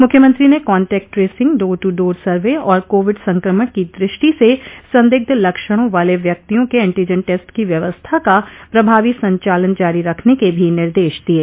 मुख्यमंत्री ने contact tracing door to door survey और कोविड संक्रमण की दृष्टि से संदिग्ध लक्षणों वाले व्यक्तियों के एंटीजन टेस्ट की व्यवस्था का प्रभावी संचालन जारी रखने के भी निर्देश दिये